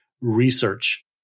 research